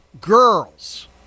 girls